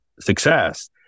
success